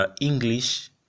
English